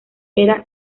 era